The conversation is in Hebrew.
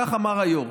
כך אמר היו"ר.